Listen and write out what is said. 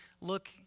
look